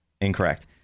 Incorrect